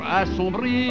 assombri